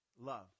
love